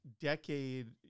decade